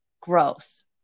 gross